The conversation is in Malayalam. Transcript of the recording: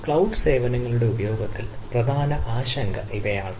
ക്ലൌഡ് സേവനങ്ങളുടെ ഉപയോഗത്തിൽ പ്രധാന ആശങ്ക ഇവയാണ്